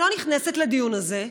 אני לא נכנסת לדיון הזה,